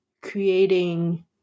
creating